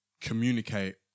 communicate